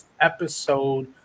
episode